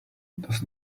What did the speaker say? does